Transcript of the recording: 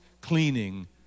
cleaning